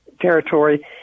territory